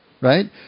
right